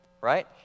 right